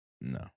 No